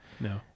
No